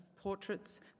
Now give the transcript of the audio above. portraits